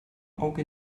auge